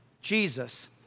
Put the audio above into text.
Jesus